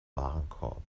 warenkorb